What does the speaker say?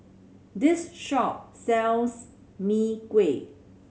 this shop sells Mee Kuah